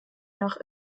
nach